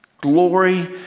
Glory